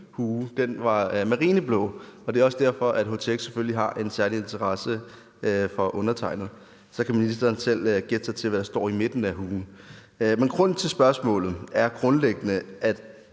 hue var marineblå, og det er også derfor, at htx selvfølgelig har en særlig interesse for undertegnede. Så kan ministeren selv gætte sig til, hvad der står i midten af huen. Men grunden til spørgsmålet er grundlæggende,